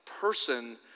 person